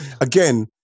Again